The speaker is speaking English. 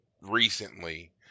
recently